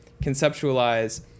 conceptualize